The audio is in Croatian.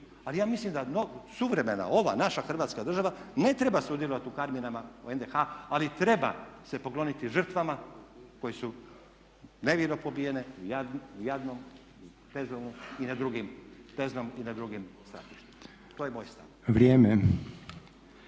Ali ja mislim da suvremena, ova naša Hrvatska država ne treba sudjelovat u karminama o NDH ali treba se pokloniti žrtvama koje su nevino pobijene u Jadnom, u Teznom i na drugim stratištima. To je moj stav.